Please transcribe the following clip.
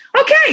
Okay